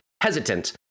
hesitant